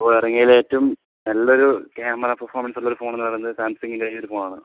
ഇപ്പോൾ ഇറങ്ങിയതിലേറ്റവും നല്ലൊരു ക്യാമറ പെർഫോമൻസുള്ളൊരു ഫോണെന്ന് പറയുന്നത് സാംസങ്ങിൻ്റെ ഈ ഒരു ഫോണാണ്